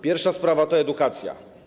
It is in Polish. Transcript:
Pierwsza sprawa to edukacja.